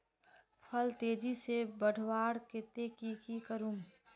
फल तेजी से बढ़वार केते की की करूम?